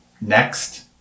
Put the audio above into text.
next